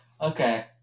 okay